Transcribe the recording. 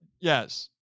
Yes